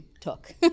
took